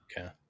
okay